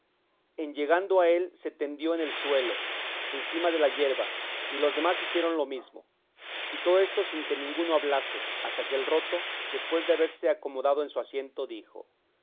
en llegando a él se tendió en el suelo encima de la yerba y los demás hicieron lo mismo y todo esto sin que ninguno hablase hasta que el roto después de haberse acomodado en su asiento dijo